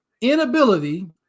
inability